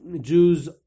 Jews